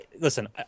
Listen